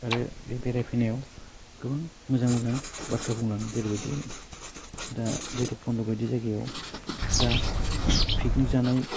आरो बे बेरायफैनायाव गोबां मोजां मोजां बाथ्रा बुंलाङो जेरैबायदि दा बैरबखन्द' बायदि जायगायाव दा पिगनिक जानाय